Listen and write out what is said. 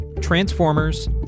Transformers